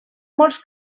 molts